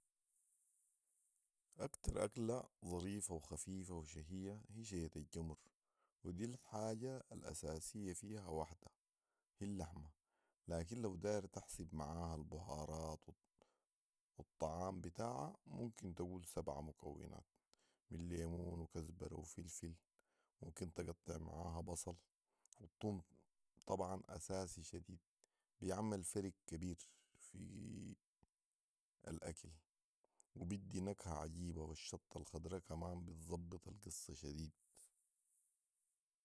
اكتر اكله ظريفه وخفيفه وشهيه هي شية الجمر ودي الحاجة الاساسيه فيها واحده هي اللحمه، لكن لو داير تحسب معاها البهارات والطعام بتاعها ممكن تقول سبعه مكونات ، من ليمون وكسبره وفلفل وممكن تقطع معاها بصل والتوم طبعا اساسي شديد بيعمل فرق كبير في الاكل وبدي نكهه عجيبه والشطه الخضراء كمان بتظبط القصه شديد